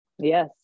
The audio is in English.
Yes